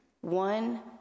One